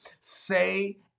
Say